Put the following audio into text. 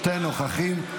שני נוכחים.